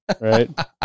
Right